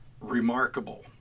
remarkable